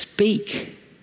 Speak